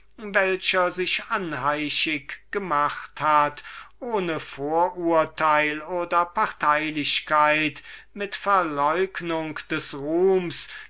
welcher sich anheischig gemacht hat ohne vorurteil oder parteilichkeit mit verleugnung des ruhms